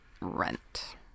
Rent